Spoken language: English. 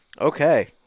okay